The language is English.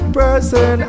person